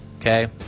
Okay